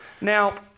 Now